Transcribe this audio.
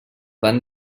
van